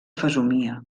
fesomia